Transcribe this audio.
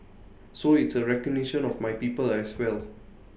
so it's A recognition of my people as well